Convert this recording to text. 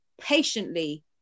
patiently